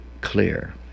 clear